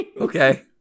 Okay